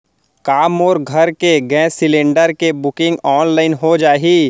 का मोर घर के गैस सिलेंडर के बुकिंग ऑनलाइन हो जाही?